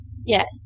Yes